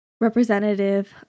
representative